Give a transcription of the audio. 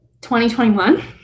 2021